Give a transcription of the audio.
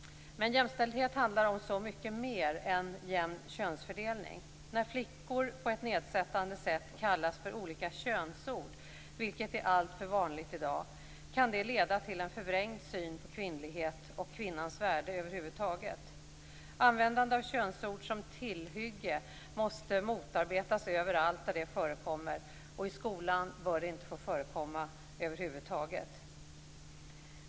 Men jämställdhet handlar om så mycket mer än jämn könsfördelning. När flickor på ett nedsättande sätt kallas för olika könsord, vilket är alltför vanligt i dag, kan det leda till en förvrängd syn på kvinnlighet och kvinnans värde över huvud taget. Användande av könsord som tillhygge måste motarbetas överallt där det förekommer. I skolan bör det inte få förekomma över huvud taget.